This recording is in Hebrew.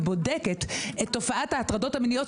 ובודקת את תופעת ההטרדות המיניות,